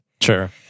sure